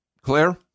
Claire